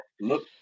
look